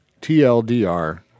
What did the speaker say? T-L-D-R